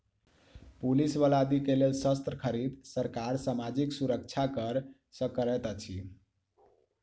police बल आदि के लेल शस्त्र खरीद, सरकार सामाजिक सुरक्षा कर सँ करैत अछि